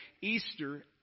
Easter